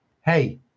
hey